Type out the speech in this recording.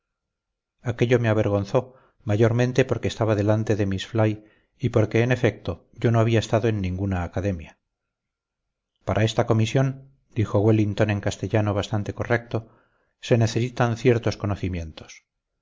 aquello me avergonzó mayormente porque estaba delante de miss fly y porque en efecto yo no había estado en ninguna academia para esta comisión dijo wellington en castellano bastante correcto se necesitan ciertos conocimientos